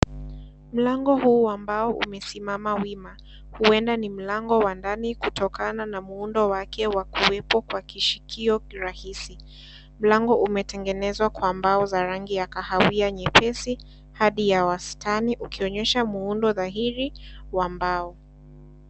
Mlango huu wa mbao umesimama , wima huenda ni malngo wa ndani kutokana na muundo wake wa kuwepo kwa kishikio kirahisi .Mlango umetengenezwa kwa mbao za rangi ya kaawia nyepesi hadi ya wastani ukionyesha muundo dhahili wa mbao.